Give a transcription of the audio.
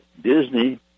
Disney